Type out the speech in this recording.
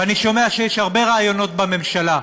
ואני שומע שיש הרבה רעיונות בממשלה,